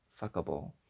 fuckable